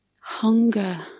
hunger